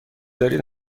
دارید